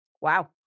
Wow